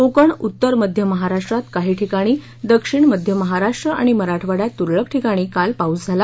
कोकण उत्तर मध्य महाराष्ट्रात काही ठिकाणी दक्षिण मध्य महाराष्ट्र आणि मराठवाङ्यात त्रळक ठिकाणी काल पाऊस झाला